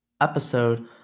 episode